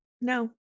No